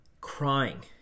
crying